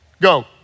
go